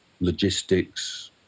Logistics